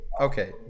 Okay